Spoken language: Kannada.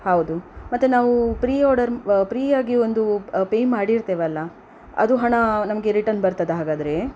ಹೌದು ಮತ್ತೆ ನಾವು ಪ್ರೀ ಆರ್ಡರ್ ಪ್ರೀಯಾಗಿ ಒಂದು ಪೇ ಮಾಡಿರ್ತೇವಲ್ಲ ಅದು ಹಣ ನಮಗೆ ರಿಟರ್ನ್ ಬರ್ತದಾ ಹಾಗಾದರೆ